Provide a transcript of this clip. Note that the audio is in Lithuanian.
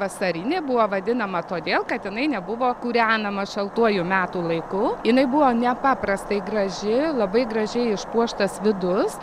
vasarinė buvo vadinama todėl kad jinai nebuvo kūrenama šaltuoju metų laiku jinai buvo nepaprastai graži labai gražiai išpuoštas vidus